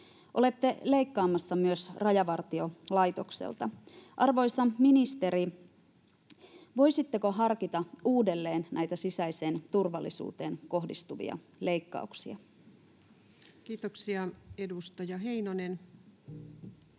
Olette leikkaamassa myös Rajavartiolaitokselta. Arvoisa ministeri, voisitteko harkita uudelleen näitä sisäiseen turvallisuuteen kohdistuvia leikkauksia? Kiitoksia. — Edustaja Heinonen.